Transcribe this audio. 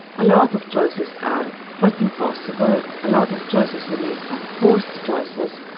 a lot of choices are quite impossible. a lot of choices we make are forced choices,